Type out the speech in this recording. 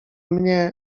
mnie